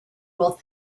will